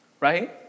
right